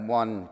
one